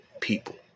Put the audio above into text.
people